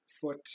foot